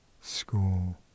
school